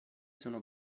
sono